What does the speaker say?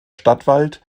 stadtwald